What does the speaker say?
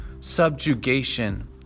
subjugation